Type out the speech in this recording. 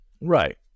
right